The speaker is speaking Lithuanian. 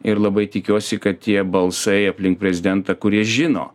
ir labai tikiuosi kad tie balsai aplink prezidentą kurie žino